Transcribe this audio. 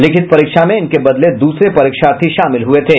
लिखित परीक्षा में इनके बदले दूसरे परीक्षार्थी शामिल हुए थे